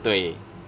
对